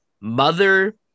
Mother